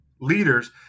leaders